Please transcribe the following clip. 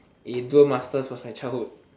eh duel masters was my childhood